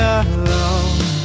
alone